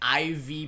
IV